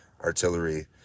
artillery